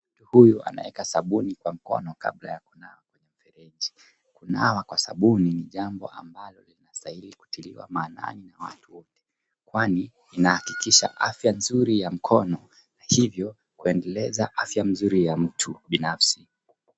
Huyu anaweka sabuni kwa mkono kabla ya kunawa kwenye mfereji. Kunawa kwa sabuni ni jambo ambalo linastahili kutiliwa maanani kwa watu kwani inahakikisha afya nzuri ya mkono, hivyo kuendeleza afya nzuri ya mtu bunafsi.